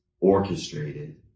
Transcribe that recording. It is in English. orchestrated